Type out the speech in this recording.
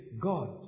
God